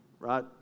Right